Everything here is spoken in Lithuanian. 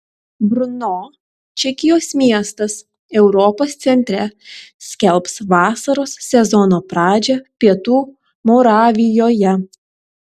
brno čekijos miestas europos centre skelbs vasaros sezono pradžią pietų moravijoje